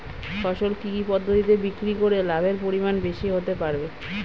ফসল কি কি পদ্ধতি বিক্রি করে লাভের পরিমাণ বেশি হতে পারবে?